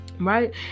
right